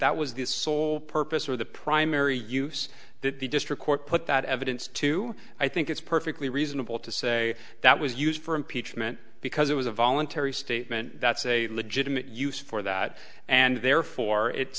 that was the sole purpose or the primary use that the district court put that evidence to i think it's perfectly reasonable to say that was used for impeachment because it was a voluntary statement that's a legitimate use for that and therefore it's